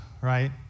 right